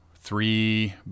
Three